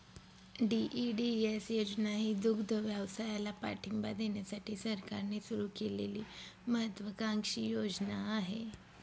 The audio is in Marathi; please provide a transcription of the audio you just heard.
डी.ई.डी.एस योजना ही दुग्धव्यवसायाला पाठिंबा देण्यासाठी सरकारने सुरू केलेली महत्त्वाकांक्षी योजना आहे